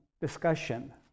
discussion